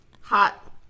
hot